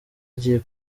agiye